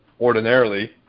ordinarily